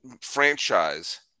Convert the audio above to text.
franchise